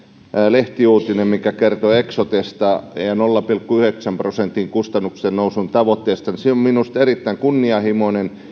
lehtiuutinen mikä kertoi eksotesta ja ja nolla pilkku yhdeksän prosentin kustannusten nousun tavoitteesta on minusta erittäin kunnianhimoinen